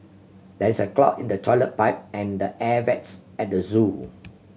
there is a clog in the toilet pipe and the air vents at the zoo